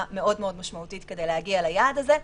מאוד מאוד משמעותית כדי להגיע ליעד הזה.